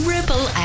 Ripple